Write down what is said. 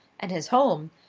and his home,